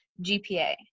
GPA